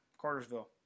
Cartersville